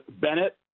Bennett